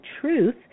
truth